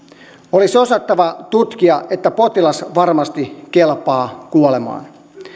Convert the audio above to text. olisi osattava tutkia että potilas varmasti kelpaa kuolemaan